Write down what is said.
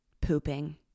pooping